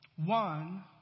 One